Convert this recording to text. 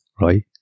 right